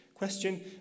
Question